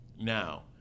Now